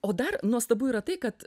o dar nuostabu yra tai kad